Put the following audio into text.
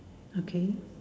okay